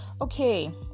okay